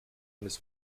eines